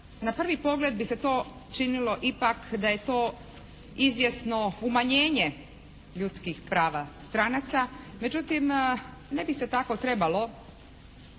na prvi pogled bi se to činilo ipak da je to izvjesno umanjenje ljudskih prava stranaca. Međutim, ne bi se tako trebalo